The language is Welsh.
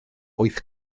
wyth